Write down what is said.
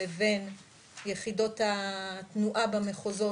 לבין יחידות התנועה במחוזות,